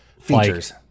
Features